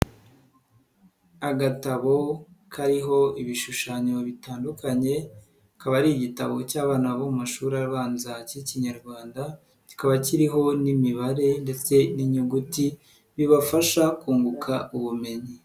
Agatabo kariho ibishushanyo bitandukanye, akaba ari igitabo cy'abana bo mu mashuri abanza k'Ikinyarwanda, kikaba kiriho n'imibare ndetse n'inyuguti bibafasha kunguka ubumenyi.